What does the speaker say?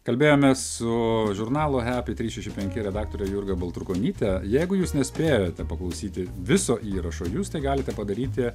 kalbėjomės su žurnalo hepi trys šeši penki redaktore jurga baltrukonyte jeigu jūs nespėjote paklausyti viso įrašo jūs tai galite padaryti